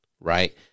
right